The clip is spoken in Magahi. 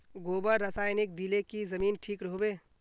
गोबर रासायनिक दिले की जमीन ठिक रोहबे?